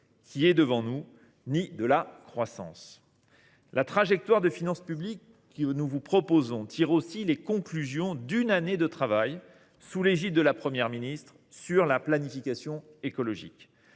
qui est devant nous, ni de la croissance. La trajectoire de finances publiques que nous vous proposons tire aussi les conclusions d’une année de travail, sous l’égide de la Première ministre, sur la planification écologique.